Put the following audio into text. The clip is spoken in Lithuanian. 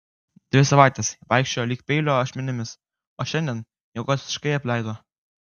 dvi savaites ji vaikščiojo lyg peilio ašmenimis o šiandien jėgos visiškai apleido